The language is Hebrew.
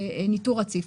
ניטור רציף.